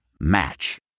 Match